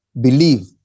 believe